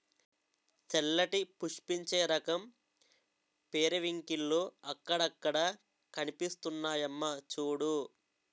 తెల్లటి పుష్పించే రకం పెరివింకిల్లు అక్కడక్కడా కనిపిస్తున్నాయమ్మా చూడూ